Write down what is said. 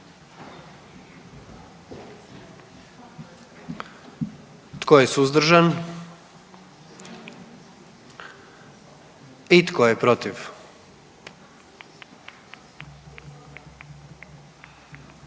Tko je suzdržan? I tko je protiv?